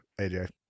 aj